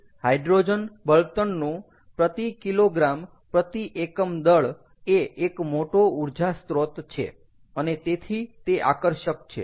તેથી હાઈડ્રોજન બળતણનું પ્રતિ કિલોગ્રામ પ્રતિ એકમ દળ એ એક મોટો ઊર્જા સ્ત્રોત છે અને તેથી તે આકર્ષક છે